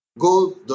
go